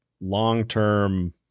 long-term